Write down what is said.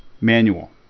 manual